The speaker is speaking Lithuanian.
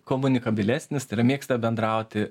komunikabilesnis tai yra mėgsta bendrauti